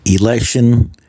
Election